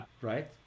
Right